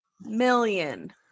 million